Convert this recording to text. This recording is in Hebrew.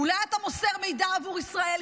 אולי אתה מוסר מידע עבור ישראל,